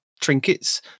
trinkets